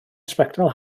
sbectol